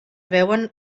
veuen